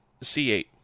C8